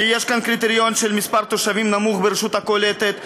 כי יש כאן קריטריון של מספר תושבים נמוך ברשות הקולטת.